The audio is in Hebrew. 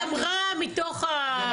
היא אמרה את זה מתוך --- בבקשה.